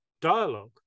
dialogue